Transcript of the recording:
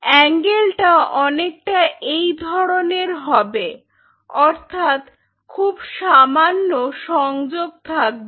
অ্যাঙ্গেলটা অনেকটা এই ধরনের হবে অর্থাৎ খুব সামান্য সংযোগ থাকবে